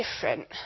different